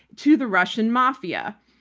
to the russian mafia.